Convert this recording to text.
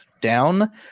down